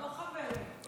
לא חברי.